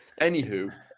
Anywho